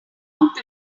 out